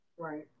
Right